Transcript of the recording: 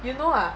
you know ah